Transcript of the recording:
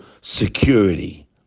security